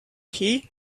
key